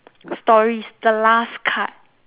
stories the last card